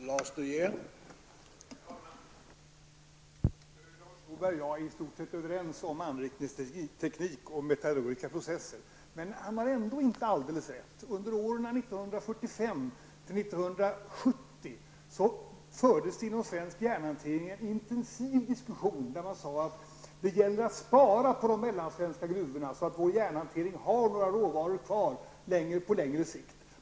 Herr talman! Lars Norberg och jag är i stort sett överens om anrikningsteknik och metallurgiska processer. Men han har ändå inte alldeles rätt. Under åren 1945--1970 fördes inom svensk järnhantering en intensiv diskussion, där man sade att det gäller att spara på de mellansvenska gruvorna så att vår järnhantering på längre sikt har några råvaror kvar.